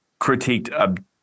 critiqued